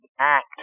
act